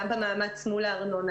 גם במאמץ מול הארנונה,